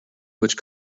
which